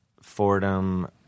Fordham